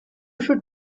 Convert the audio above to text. should